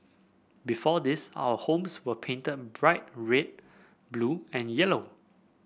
before this our homes were painted bright red blue and yellow